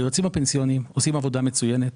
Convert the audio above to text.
היועצים הפנסיוניים עושים עבודה מצוינת.